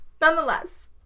nonetheless